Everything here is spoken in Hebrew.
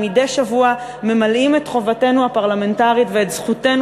מדי שבוע ממלאים את חובתנו הפרלמנטרית ואת זכותנו